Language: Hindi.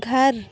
घर